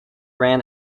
ran